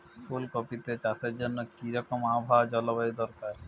ফুল কপিতে চাষের জন্য কি রকম আবহাওয়া ও জলবায়ু দরকার?